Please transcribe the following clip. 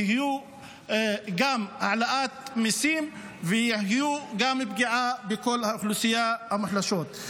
תהיה גם העלאת מיסים ותהיה גם פגיעה בכל האוכלוסיות המוחלשות.